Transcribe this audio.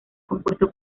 compuesto